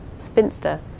spinster